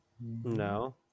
No